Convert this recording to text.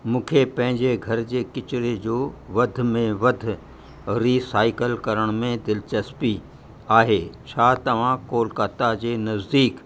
मूंखे पंहिंजे घर जे किचिरे जो वधि में वधि रीसाइकल करण में दिलचस्पी आहे छा तव्हां कोलकता जे नज़दीक